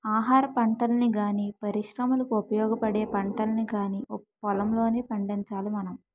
ఆహారపంటల్ని గానీ, పరిశ్రమలకు ఉపయోగపడే పంటల్ని కానీ పొలంలోనే పండించాలి మనం